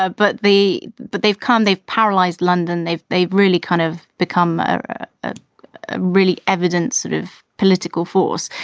ah but the. but they've come they've paralyzed london. they've they've really kind of become a really evidence sort of political force.